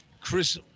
Chris